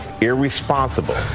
irresponsible